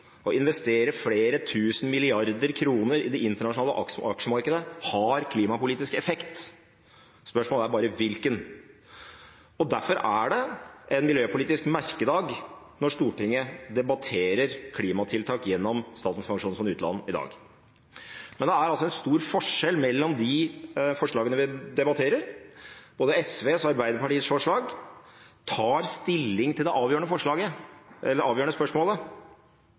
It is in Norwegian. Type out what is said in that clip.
Å investere flere tusen milliarder kroner i det internasjonale aksjemarkedet har klimapolitisk effekt – spørsmålet er bare: hvilken? Derfor er det en miljøpolitisk merkedag når Stortinget debatterer klimatiltak gjennom Statens pensjonsfond utland i dag. Det er stor forskjell på de forslagene vi debatterer. Både SVs og Arbeiderpartiets forslag tar stilling til det avgjørende spørsmålet: ja eller